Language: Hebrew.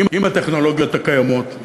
עם הטכנולוגיות הקיימות,